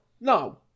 no